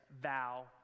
vow